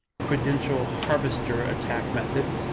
credential harvester attack method,